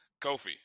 Kofi